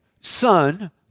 Son